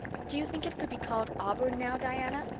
do you think it could be called auburn now, diana?